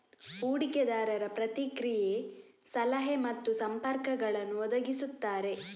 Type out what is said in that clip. ಹೂಡಿಕೆದಾರರು ಪ್ರತಿಕ್ರಿಯೆ, ಸಲಹೆ ಮತ್ತು ಸಂಪರ್ಕಗಳನ್ನು ಒದಗಿಸುತ್ತಾರೆ